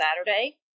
Saturday